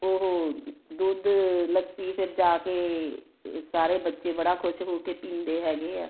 ਉਹ ਦੁੱਧ ਲੱਸੀ ਫਿਰ ਜਾ ਕੇ ਸਾਰੇ ਬੱਚੇ ਬੜਾ ਖੁਸ਼ ਹੋ ਕੇ ਪੀਂਦੇ ਹੈਗੇ ਆ